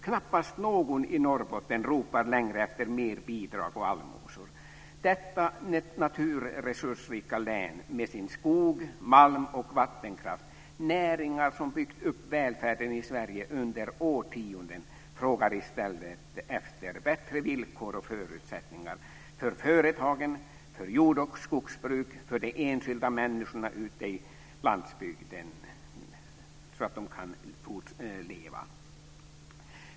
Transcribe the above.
Knappast någon i Norrbotten ropar längre efter mer bidrag och allmosor. Detta naturresursrika län med dess skog, malm och vattenkraft - näringar som byggt upp välfärden i Sverige under årtionden - frågar i stället efter bättre villkor och förutsättningar för företagen, för jord och skogsbruk, för de enskilda människorna ute i landsbygden så att de kan leva.